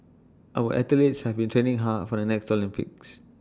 our athletes have been training hard for the next Olympics